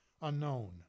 unknown